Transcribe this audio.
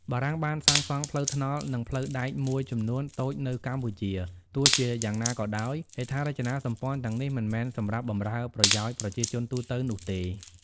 បារាំងបានសាងសង់ផ្លូវថ្នល់ និងផ្លូវដែកមួយចំនួនតូចនៅកម្ពុជា ទោះជាយ៉ាងណាក៏ដោយ ហេដ្ឋារចនាសម្ព័ន្ធទាំងនេះមិនមែនសម្រាប់បម្រើប្រយោជន៍ប្រជាជនទូទៅនោះទេ។